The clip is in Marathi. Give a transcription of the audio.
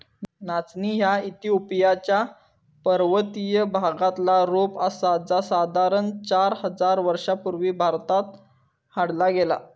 नाचणी ह्या इथिओपिया च्या पर्वतीय भागातला रोप आसा जा साधारण चार हजार वर्षां पूर्वी भारतात हाडला गेला